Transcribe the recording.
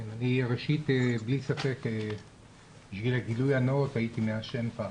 ראשית בשביל הגילוי הנאות, אני הייתי מעשן פעם,